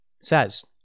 says